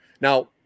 Now